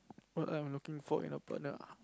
what I'm looking for in a partner ah